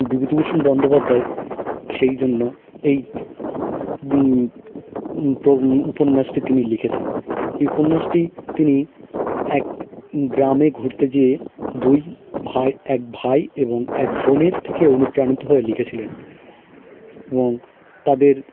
বিভূতিভূষণ বন্দোপাধ্যায় সেই জন্য এই উপন্যাসটি তিনি লিখেছেন এই উপন্যাসটি তিনি এক গ্রামে ঘুরতে যেয়ে দুই ভাই এক ভাই এবং এক বোনের থেকে অনুপ্রাণিত হয়ে লিখেছিলেন এবং তাদের